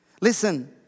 Listen